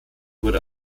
wurde